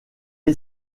est